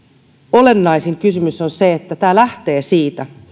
olennaisin kysymys on se että tämä lähtee siitä